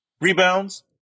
Rebounds